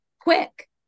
quick